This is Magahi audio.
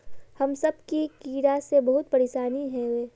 हम सब की कीड़ा से बहुत परेशान हिये?